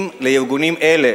דרך אגב,